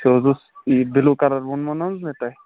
سُہ حظ اوس یہِ بِلوٗ کَلَر ووٚنمَو نا حظ مےٚ تۄہہِ